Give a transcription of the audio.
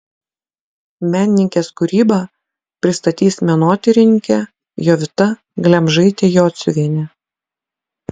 menininkės kūrybą pristatys menotyrininkė jovita glemžaitė jociuvienė